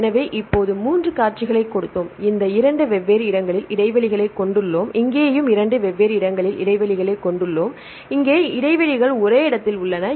எனவே இப்போது 3 காட்சிகளைக் கொடுத்தோம் இங்கு 2 வெவ்வேறு இடங்களில் இடைவெளிகளைக் கொண்டுள்ளோம் இங்கேயும் 2 வெவ்வேறு இடங்களில் இடைவெளிகளைக் கொண்டுள்ளோம் இங்கே இடைவெளிகள் ஒரே இடத்தில் உள்ளன